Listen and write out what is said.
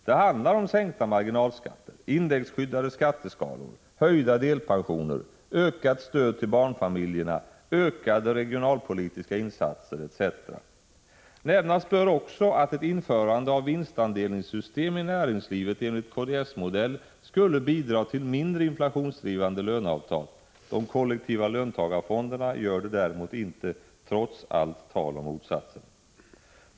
Det handlar om sänkta marginalskatter, indexskyddade skatteskalor, höjda delpensioner, ökat stöd till barnfamiljerna, ökade regionalpolitiska insatser etc. Nämnas bör också att ett införande av vinstdelningssystem i näringslivet enligt kds-modell skulle bidra till mindre inflationsdrivande löneavtal. De kollektiva löntagarfonderna gör det däremot inte, trots allt tal om motsatsen.